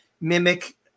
mimic